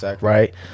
right